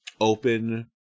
open